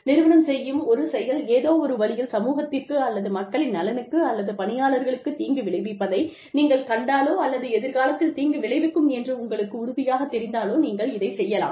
நிறுவனம் செய்யும் ஒரு செயல் ஏதோ ஒரு வழியில் சமூகத்திற்கு அல்லது மக்களின் நலனுக்கு அல்லது பணியாளர்களுக்கு தீங்கு விளைவிப்பதை நீங்கள் கண்டாலோ அல்லது எதிர்காலத்தில் தீங்கு விளைவிக்கும் என்று உங்களுக்கு உறுதியாகத் தெரிந்தாலோ நீங்கள் இதைச் செய்யலாம்